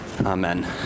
Amen